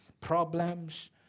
problems